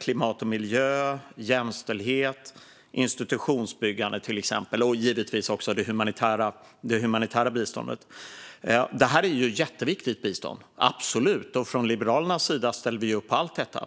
klimat och miljö, jämställhet och institutionsbyggande, och givetvis också det humanitära biståndet. Det är jätteviktigt bistånd, absolut, och från Liberalernas sida ställer vi upp på allt detta.